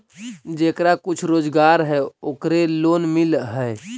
जेकरा कुछ रोजगार है ओकरे लोन मिल है?